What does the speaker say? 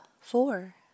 four